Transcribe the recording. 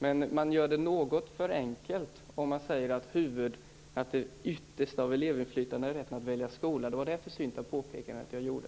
Men man gör det något för enkelt om man säger att det yttersta av elevinflytande är rätten att välja skola. Det var det försynta påpekandet som jag gjorde.